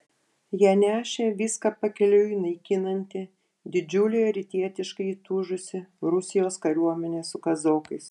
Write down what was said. ją nešė viską pakeliui naikinanti didžiulė rytietiškai įtūžusi rusijos kariuomenė su kazokais